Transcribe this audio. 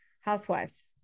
housewives